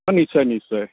অ নিশ্চয় নিশ্চয়